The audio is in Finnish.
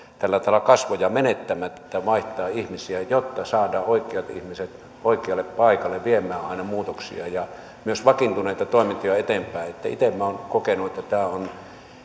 tällä tavalla kasvoja menettämättä vaihtaa ihmisiä jotta saadaan oikeat ihmiset oikeille paikoille viemään aina muutoksia ja myös vakiintuneita toimintoja eteenpäin itse olen kokenut että tämä on